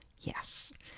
Yes